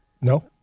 No